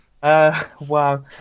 Wow